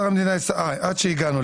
עד מה שהגענו.